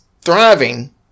thriving